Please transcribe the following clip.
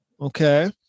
Okay